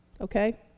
Okay